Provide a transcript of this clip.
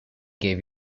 gave